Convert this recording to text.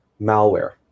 malware